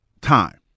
time